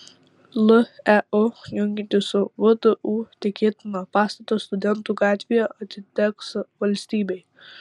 leu jungiantis su vdu tikėtina pastatas studentų gatvėje atiteks valstybei